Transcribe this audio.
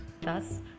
Thus